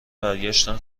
برگشتن